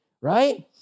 Right